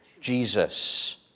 Jesus